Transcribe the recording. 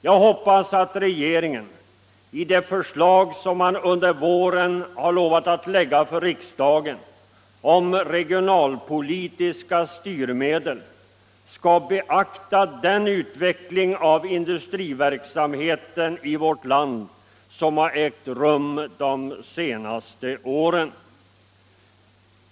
Jag hoppas att regeringen i det förslag om regionalpolitiska styrmedel som man lovat att lägga fram för riksdagen under våren skall beakta den utveckling av industriverksamheten i vårt land som ägt rum under de senaste åren.